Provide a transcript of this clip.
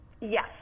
Yes